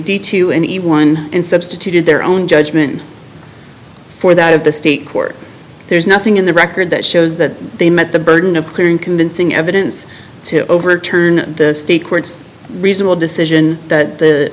d to anyone in substituted their own judgment for that of the state court there's nothing in the record that shows that they met the burden of clear and convincing evidence to overturn the state courts reasonable decision that the